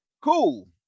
cool